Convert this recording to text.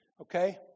Okay